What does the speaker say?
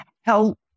help